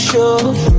Show